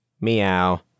Meow